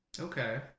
Okay